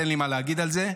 אין לי מה להגיד על זה.